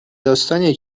داستانیه